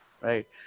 right